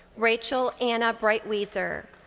rachel anna brightweiser.